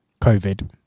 COVID